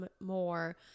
more